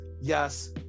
Yes